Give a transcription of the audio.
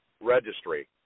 registry